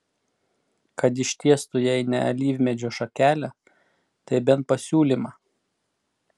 kad ištiestų jei ne alyvmedžio šakelę tai bent pasiūlymą